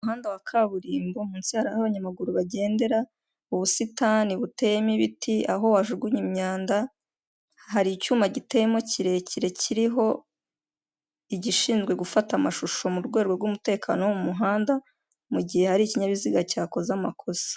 Umuhanda wa kaburimbo munsi hari aho abanyamaguru bagendera, ubusitani buteyemo ibiti aho wajugunya imyanda, hari icyuma giteyemo kirekire kiriho igishinzwe gufata amashusho mu rwego rw'umutekano wo mu muhanda, mu gihe hari ikinyabiziga cyakoze amakosa.